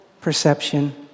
perception